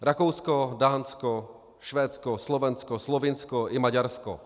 Rakousko, Dánsko, Švédsko, Slovensko, Slovinsko i Maďarsko.